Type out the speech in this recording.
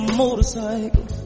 motorcycle